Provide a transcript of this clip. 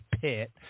pit